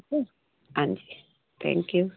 हां जी thank U